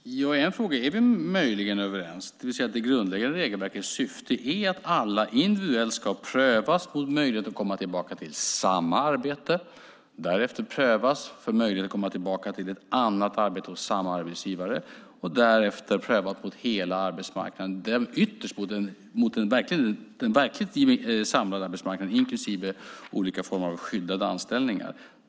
Fru talman! I en fråga är vi möjligen överens, nämligen att det grundläggande regelverkets syfte är att alla ska prövas individuellt för möjligheten att komma tillbaka till samma arbete, därefter prövas för möjligheten att komma tillbaka till ett annat arbete hos samma arbetsgivare och sedan prövas mot hela den samlade arbetsmarknaden, inklusive olika former av skyddade anställningar.